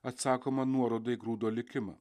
atsakoma nuoroda į grūdo likimą